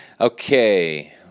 okay